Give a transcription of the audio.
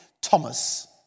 Thomas